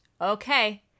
okay